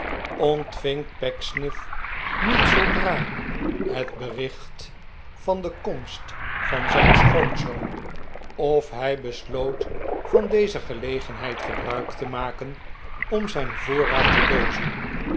ontving pecksniff niet zoodra het bericht van de komst van zijn schoonzoon of hij besloot van deze gelegenheid gebruik te maken om zijn voorraad te loozen